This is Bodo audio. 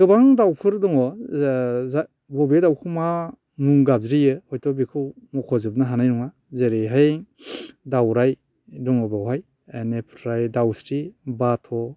गोबां दाउफोर दङ ओ बबे दाउखौ मा मुं गाबज्रियो हयथ' बेखौ मख' जोबनो हानाय नङा जेरैहाय दाउराइ दङ बावहाय एनिफ्राय दावस्रि बाथ'